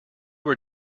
were